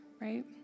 right